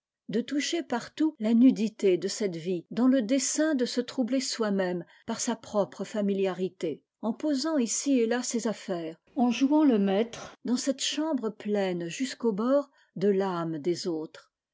de toucher partout la nudité de cette vie dans le dessein de se troubler soi-même par sa propre familiarité en posant ici et là ses affaires en jouant le maître dans cette chambre pleine jusqu'aux bords de l'âme des autres